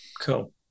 Cool